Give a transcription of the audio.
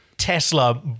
tesla